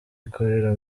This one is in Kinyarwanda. ikorera